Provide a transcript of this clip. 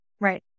right